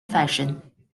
fashion